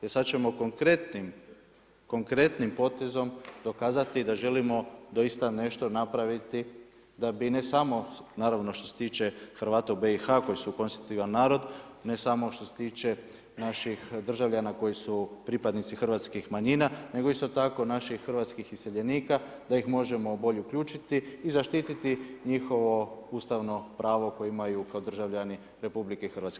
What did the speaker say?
Jer sad ćemo konkretnim potezom dokazati da želimo doista nešto napraviti da bi ne samo naravno što se tiče Hrvata i BiH koji su konstitutivan narod, ne samo što se tiče naših državljana koji su pripadnici hrvatskih manjina nego isto tako naših hrvatskih iseljenika da ih možemo bolje uključiti i zaštititi njihovo ustavno pravo koje imaju kao državljani RH.